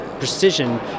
precision